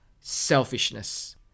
selfishness